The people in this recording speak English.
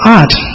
art